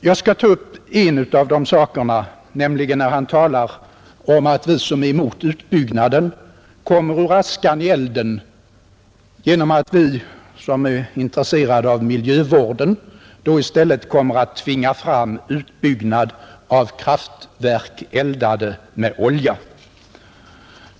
Jag skall ta upp en av de sakerna, nämligen när statsrådet talade om att vi som är emot utbyggnaden kommer ur askan i elden genom att vi, som är intresserade av miljövården, i stället kommer att tvinga fram utbyggnad av kraftverk eldade med olja.